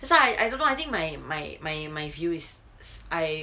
that's why I don't know I think my my my my view is is I